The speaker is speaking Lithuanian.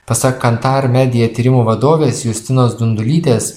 pasak kantar media tyrimų vadovės justinos dundulytės